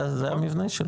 זה המבנה שלו.